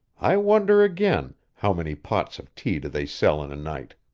i wonder again how many pots of tea do they sell in a night?